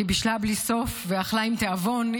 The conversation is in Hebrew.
היא בישלה בלי סוף ואכלה עם תיאבון,